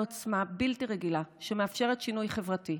עוצמה בלתי רגילה ומאפשרת שינוי חברתי,